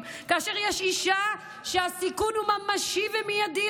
כאשר יש אישה שהסיכון לחייה הוא ממשי ומיידי.